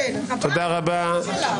תודה רבה.